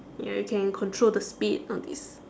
ya you can control the speed all these